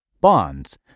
Bonds